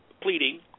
pleading